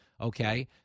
okay